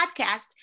podcast